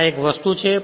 આ એક વસ્તુ છે